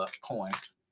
coins